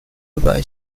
日本